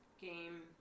Game